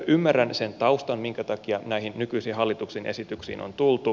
ymmärrän sen taustan minkä takia näihin nykyisiin hallituksen esityksiin on tultu